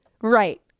right